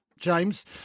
James